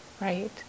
right